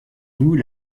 vous